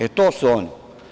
E, to su oni.